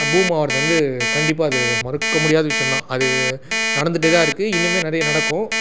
boom ஆகுறது வந்து கண்டிப்பாக அது மறுக்கமுடியாத விஷ்யம்தான் அது நடந்துகிட்டேதான் இருக்கு இன்னுமே நிறைய நடக்கும்